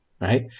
right